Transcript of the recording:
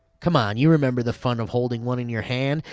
come on, you remember the fun of holding one in your hand,